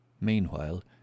Meanwhile